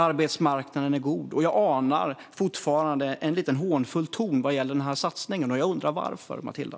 Arbetsmarknaden är god. Jag anar fortfarande en lite hånfull ton vad gäller denna satsning. Jag undrar varför, Matilda.